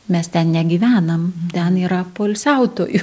mes ten negyvenam ten yra poilsiautojų